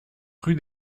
rue